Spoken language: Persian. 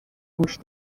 گوش